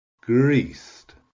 Greased